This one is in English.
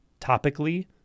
topically